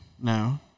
No